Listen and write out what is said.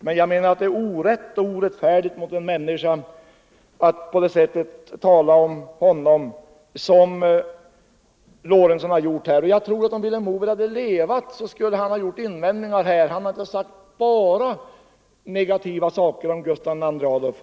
Men jag menar att det är orättfärdigt att tala om en människa på det sätt som herr Lorentzon här gjort. Jag tror också att om Vilhelm Moberg hade levat skulle han ha rest invändningar — han har inte bara skrivit negativa saker om Gustav II Adolf.